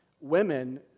women